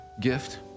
gift